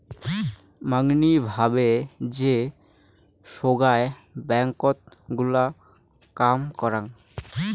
মাঙনি ভাবে যে সোগায় ব্যাঙ্কত গুলা কাম করাং